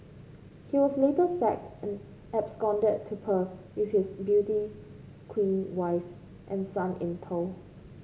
he was later sacked and absconded to Perth with his beauty queen wife and son in tow